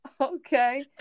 okay